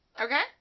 Okay